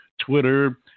Twitter